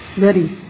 ready